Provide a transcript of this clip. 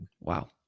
Wow